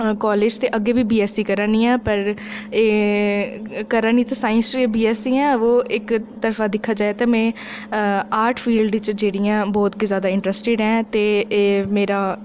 college ते अग्गें B BSc करै नी आं पर करै नी साईंस च बीऐस्ससी आं पर इक तरफा दिक्खेआ जा ते में आर्ट फील्ड च जेह्ड़ी आं बहुत गै जैदा इंटरैस्टड़ आं ते एह् मेरा